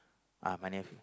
uh my nephew